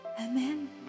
Amen